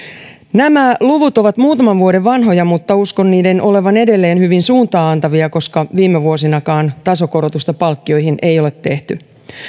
nämä luvut ovat muutaman vuoden vanhoja mutta uskon niiden olevan edelleen hyvin suuntaa antavia koska viime vuosinakaan tasokorotusta palkkioihin ei ole tehty